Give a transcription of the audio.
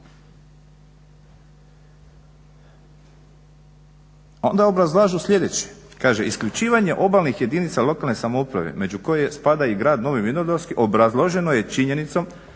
Onda obrazlažu sljedeće, kaže isključivanje obalnih jedinica lokalne samouprave među koje spada i Grad Novi vinodolski obrazloženo je činjenicom